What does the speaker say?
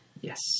yes